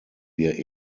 wir